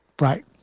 right